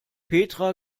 petra